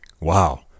wow